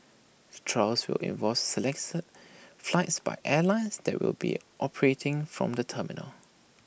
the trials will involve selected flights by airlines that will be operating from the terminal